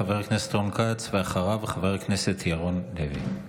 חבר הכנסת רון כץ, ואחריו, חבר הכנסת ירון לוי.